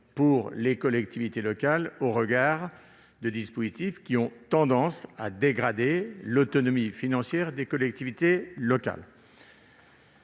pour les collectivités locales, au regard de dispositifs qui ont tendance à dégrader l'autonomie financière des collectivités locales.